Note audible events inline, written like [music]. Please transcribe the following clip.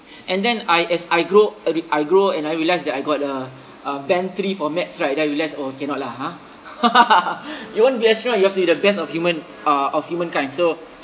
and then I as I grow a b~ I grow and I realised that I got uh a band three for maths right then I realised oh cannot lah ha [laughs] you want be astronaut you have to be the best of human uh of humankind so [noise]